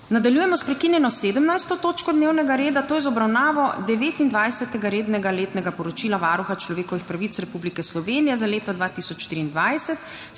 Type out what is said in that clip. Nadaljujemo sprekinjeno 17. točko dnevnega reda, to je z obravnavo Devetindvajsetega rednega letnega poročila Varuha človekovih pravic Republike Slovenije za leto 2023